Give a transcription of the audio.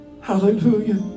Hallelujah